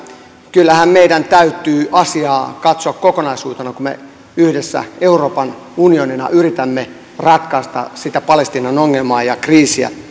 kyllähän meidän täytyy asiaa katsoa kokonaisuutena kun me yhdessä euroopan unionina yritämme ratkaista sitä palestiinan ongelmaa ja kriisiä